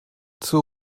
zur